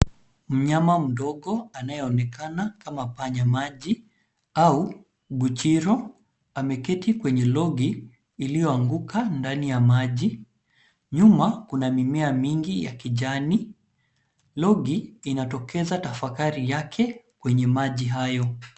Mnyama mdogo anayeonekana kama panya maji au guchiro .Ameketi kwenye logi iliyoanguka ndani ya maji ,nyuma kuna mimea mingi ya kijani, logi inatokeza tafakari yake, kwenye maji hayo .